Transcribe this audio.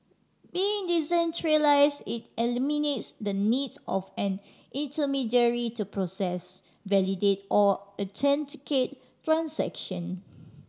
being decentralise it eliminates the needs of an intermediary to process validate or authenticate transaction